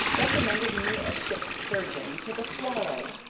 recommended me as ship's surgeon to the swallow,